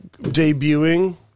debuting